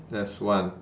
that's one